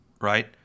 right